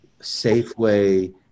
Safeway